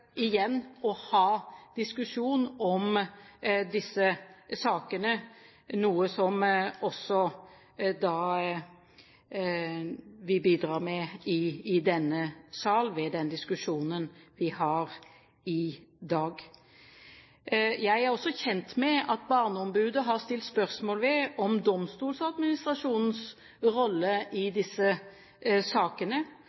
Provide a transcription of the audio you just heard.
igjen å ha diskusjon om disse sakene, noe også vi bidrar med i denne sal ved den diskusjonen vi har i dag. Jeg er også kjent med at barneombudet har stilt spørsmål ved Domstoladministrasjonens rolle i